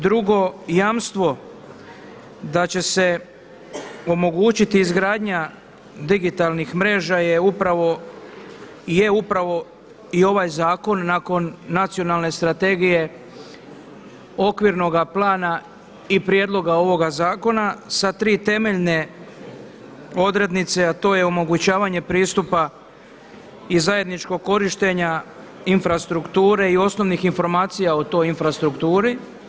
Drugo, jamstvo da će se omogućiti izgradnja digitalnih mreža je upravo i ovaj zakon nakon Nacionalne strategije okvirnoga plana i prijedloga ovoga zakona sa tri temeljne odrednice, a to je omogućavanje pristupa i zajedničkog korištenja infrastrukture i osnovnih informacija o toj infrastrukturi.